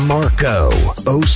Marco